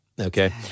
Okay